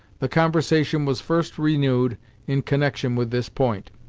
the conversation was first renewed in connection with this point.